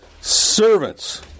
servants